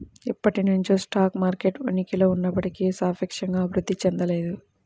ఎప్పటినుంచో stock market ఉనికిలో ఉన్నప్పటికీ సాపేక్షంగా అభివృద్ధి చెందలేదు